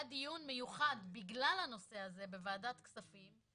היה דיון מיוחד בגלל הנושא הזה בוועדת הכספים,